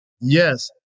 Yes